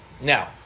Now